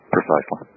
Precisely